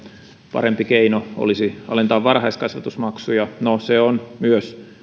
parempi keino olisi alentaa varhaiskasvatusmaksuja se on myös